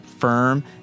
Firm